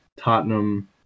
Tottenham